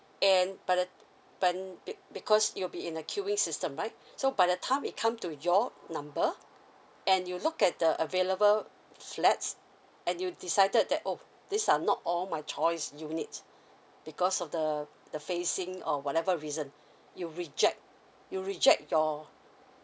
and by the by be~ because you'll be in the queuing system right so by the time it come to your number and you look at the available flats and you decided that oh these are not all my choice units because of the the facing or whatever reason you reject you reject your